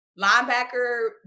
Linebacker